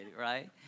right